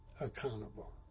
Accountable